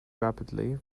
rapidly